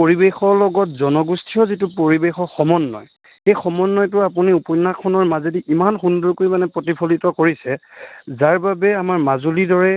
পৰিৱেশৰ লগত জনগোষ্ঠীয় যিটো পৰিৱেশৰ সমন্বয় সেই সমন্বয়টো আপুনি উপন্যাসখনৰ মাজেদি ইমান সুন্দৰকৈ মানে প্ৰতিফলিত কৰিছে যাৰ বাবে আমাৰ মাজুলী দৰে